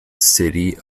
city